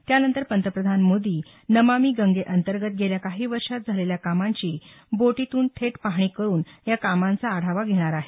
त्यानंतर पंतप्रधान मोदी नमामि गंगेअंतर्गत गेल्या काही वर्षांत केलेल्या कामाची बोटीतून थेट पाहणी करून या कामांचा आढावा घेणार आहेत